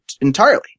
entirely